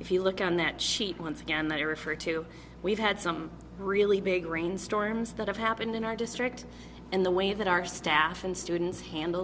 if you look on that sheet once again that you refer to we've had some really big rainstorms that have happened in our district and the way that our staff and students handle